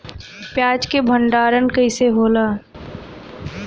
प्याज के भंडारन कइसे होला?